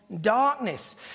darkness